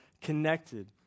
connected